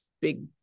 big